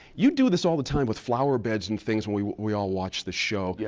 you do this all the time with flower beds and things when we we all watch the show. yeah